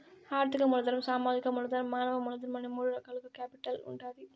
ఆర్థిక మూలధనం, సామాజిక మూలధనం, మానవ మూలధనం అనే మూడు రకాలుగా కేపిటల్ ఉంటాది